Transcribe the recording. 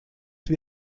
wie